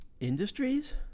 industries